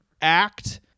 act